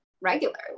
regularly